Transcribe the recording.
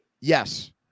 Yes